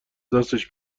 دستش